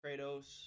Kratos –